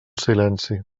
silenci